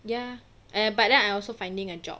ya eh but then I also finding a job